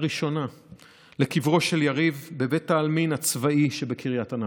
לראשונה לקברו של יריב בבית העלמין הצבאי שבקריית ענבים.